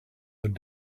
their